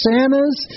Santa's